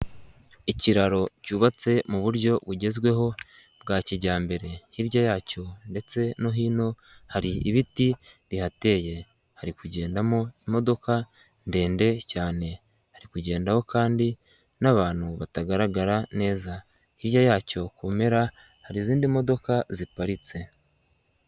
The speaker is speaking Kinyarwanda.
Ikiraro cyubatse mu buryo bugezweho bwa kijyambere, hirya yacyo ndetse no hino hari ibiti bihateye. Hari kugendaho imodoka ndende cyane. Hari kugendaho kandi n'abantu batagaragara neza. Hirya yacyo ku mpera hari izindi modoka ziparitse.